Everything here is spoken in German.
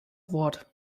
wort